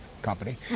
company